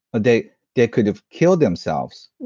they they could have killed themselves.